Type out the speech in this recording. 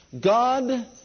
God